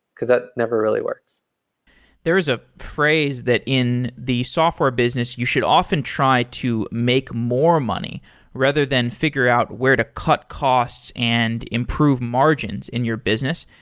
because that never really works there is a phrase that in the software business, you should often try to make more money rather than figure out where to cut costs and improve margins in your business.